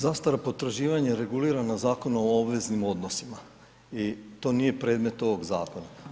Zastara potraživanja regulirana je Zakon o obveznim odnosima i to nije predmet ovog zakona.